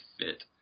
fit